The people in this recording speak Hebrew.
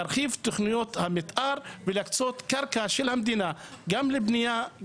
להרחיב את תוכניות המתאר ולהקצות קרקע של המדינה גם לבנייה,